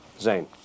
Zane